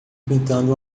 pintando